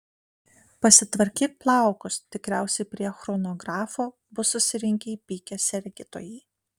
pasitvarkyk plaukus tikriausiai prie chronografo bus susirinkę įpykę sergėtojai